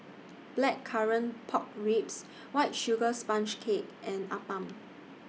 Blackcurrant Pork Ribs White Sugar Sponge Cake and Appam